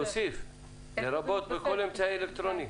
להוסיף, לרבות בכל אמצעי אלקטרוני.